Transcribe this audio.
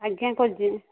ଆଜ୍ଞା କରିଛି